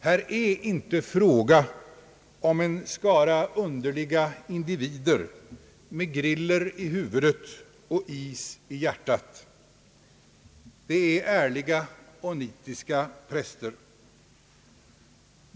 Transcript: Här är inte fråga om en skara underliga individer med griller i huvudet och is i hjärtat. Det är ärliga och nitiska präster.